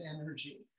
energy